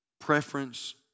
preference